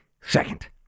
Second